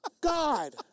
God